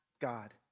God